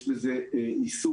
יש בזה עיסוק,